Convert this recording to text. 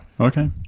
okay